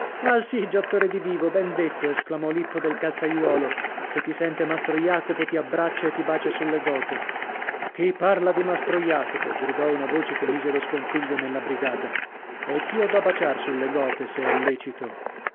ah sì giotto ridivivo ben detto esclamò lippo del calzaiuolo se ti sente mastro jacopo ti abbraccia e ti bacia sulle gote chi parla di mastro jacopo gridò una voce che mise lo scompiglio nella brigata e chi ho da baciar sulle gote se è lecito